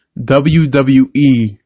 WWE